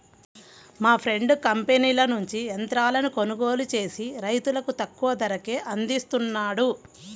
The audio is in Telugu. మా ఫ్రెండు కంపెనీల నుంచి యంత్రాలను కొనుగోలు చేసి రైతులకు తక్కువ ధరకే అందిస్తున్నాడు